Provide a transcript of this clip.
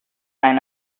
sign